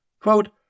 Quote